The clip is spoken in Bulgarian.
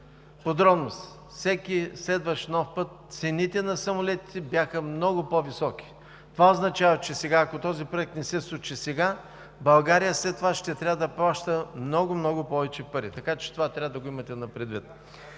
подробност. Всеки следващ нов път, цените на самолетите бяха много по-високи. Това означава, че ако този проект не се случи сега, България след това ще трябва да плаща много, много повече пари. Така че това трябва да го имате предвид.